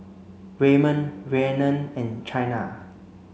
Ramon Rhiannon and Chynna